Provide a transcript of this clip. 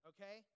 Okay